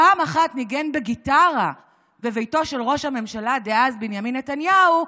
פעם אחת ניגן בגיטרה בביתו של ראש הממשלה דאז בנימין נתניהו,